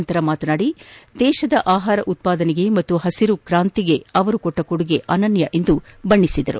ಬಳಕ ಮಾತನಾಡಿದ ಅವರು ದೇಶದ ಆಹಾರ ಉತ್ಪಾದನೆಗೆ ಮತ್ತು ಹಸಿರು ಕ್ರಾಂತಿಗೆ ಅವರು ಕೊಟ್ಟ ಕೊಡುಗೆ ಅನನ್ಯ ಎಂದು ಬಣ್ಣಿಸಿದರು